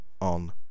on